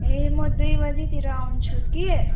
ए म दुई बजेतिर आउँछु कि